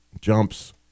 jumps